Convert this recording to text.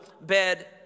bed